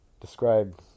Describe